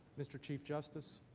mr. chief justice,